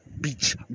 beach